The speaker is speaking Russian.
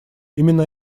именно